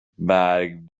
برگ